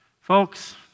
Folks